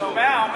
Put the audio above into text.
אתה שומע?